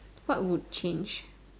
what would change